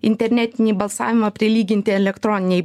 internetinį balsavimą prilyginti elektroninei